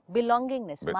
Belongingness